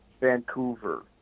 Vancouver